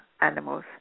animals